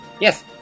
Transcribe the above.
Yes